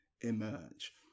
emerge